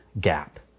gap